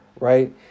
right